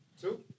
two